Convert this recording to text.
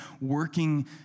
working